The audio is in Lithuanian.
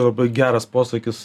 labai geras posakis